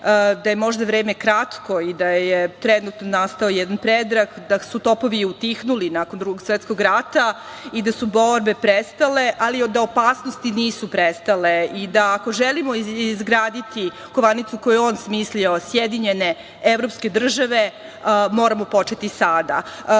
da je vreme možda kratko i da je trenutno nastao jedan predah, da su topovi utihnuli nakon Drugog svetskog rata i da su borbe prestale, ali da opasnosti nisu prestale i da ako želimo izgraditi kovanicu koju je on smislio sjedinjene evropske države moramo početi sada. Svoj